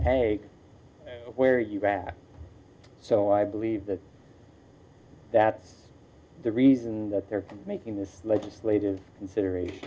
say where you wrap so i believe that that's the reason that they're making this legislative consideration